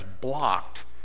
blocked